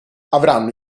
avranno